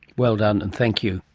well done, and thank you.